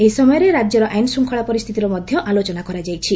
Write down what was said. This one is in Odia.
ଏହି ସମୟରେ ରାଜ୍ୟର ଆଇନଶ୍ରଙ୍ଖଳା ପରିସ୍ଥିତିର ମଧ୍ୟ ଆଲୋଚନା କରାଯାଇଛି